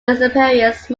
disappearance